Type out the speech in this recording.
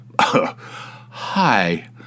hi